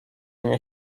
nie